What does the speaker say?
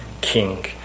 king